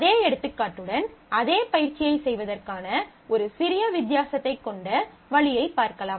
அதே எடுத்துக்காட்டுடன் அதே பயிற்சியைச் செய்வதற்கான ஒரு சிறிய வித்தியாசத்தைக் கொண்ட வழியைப் பார்க்கலாம்